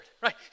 right